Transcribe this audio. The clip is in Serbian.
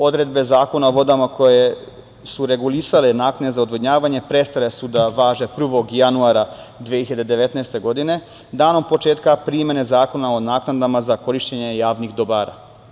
Odredbe Zakona o vodama koje su regulisale naknade za odvodnjavanje prestale su da važe 1. januara 2019. godine, danom početka primene Zakona o naknadama za korišćenje javnih dobara.